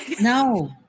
No